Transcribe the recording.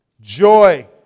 joy